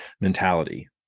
mentality